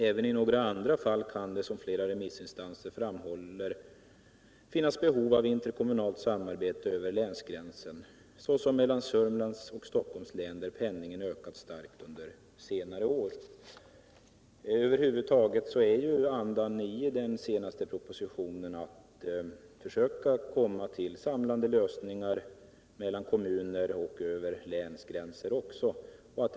Även i några andra fall kan det, som flera remissinstanser framhållit, finnas behov av interkommunalt samarbete över länsgränsen, såsom mellan Södermanlands och Stockholms län, där pendlingen ökat starkt under senare år.” Över huvud taget är andan i den senaste propositionen att man vill försöka åstadkomma samlande lösningar mellan kommuner och även över länsgränser.